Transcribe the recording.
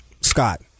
Scott